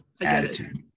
attitude